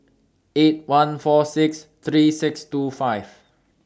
eight one four six three six two five